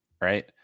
Right